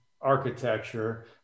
architecture